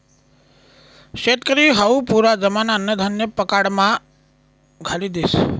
शेतकरी हावू पुरा जमाना अन्नधान्य पिकाडामा घाली देस